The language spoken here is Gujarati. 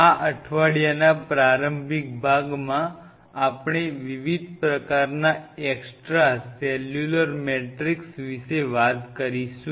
આ અઠવાડિયાના પ્રારંભિક ભાગમાં આપણે વિવિધ પ્રકારના એક્સટ્રા સેલ્યુલર મેટ્રિક્સ વિશે વાત ક રીશું